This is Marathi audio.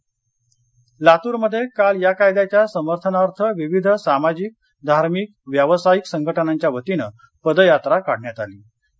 पदयात्रा लातर लातूरमध्ये काल या कायद्याच्या समर्थनार्थ विविध सामाजिक धार्मिक व्यावसायीक संघटनाच्या वतीनं पदयात्रा काढली होती